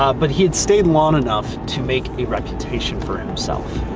um but he had stayed long enough to make a reputation for himself.